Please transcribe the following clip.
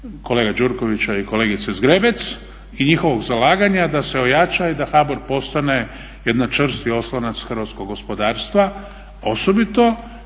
kolege Gjurković i kolegice Zgrebec i njihovog zalaganja da se ojača i da HBOR postane jedan čvrsti oslonac hrvatskog gospodarstva osobito